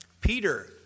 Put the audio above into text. Peter